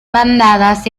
bandadas